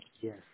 yes